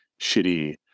shitty